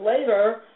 later